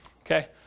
Okay